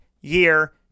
year